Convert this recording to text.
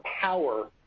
power